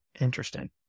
interesting